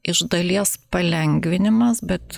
iš dalies palengvinimas bet